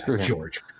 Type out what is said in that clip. George